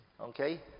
Okay